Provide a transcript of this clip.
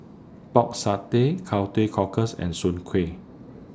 Pork Satay Cow Teow Cockles and Soon Kway